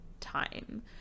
time